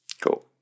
Cool